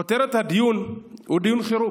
כותרת הדיון היא דיון חירום.